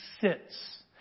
sits